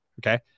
okay